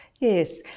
Yes